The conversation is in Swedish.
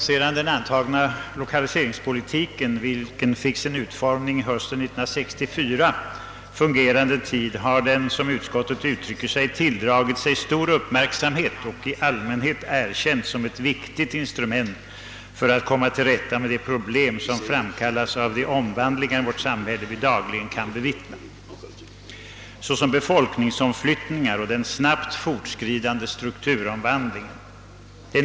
Under den tid som den lokaliseringspolitik, för vilken riktlinjerna uppdrogs år 1964, fungerat har den tilldragit sig stor uppmärksamhet och allmänt erkänts som ett viktigt instrument för att komma till rätta med de problem som uppstår till följd av de omvandlingar i vårt samhälle — befolkningsomflyttningen och den snabbt fortskridande strukturomvandlingen — vi dagligen kan bevittna.